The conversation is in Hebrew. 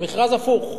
זה מכרז הפוך.